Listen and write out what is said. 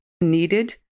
needed